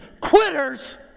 Quitters